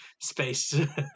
space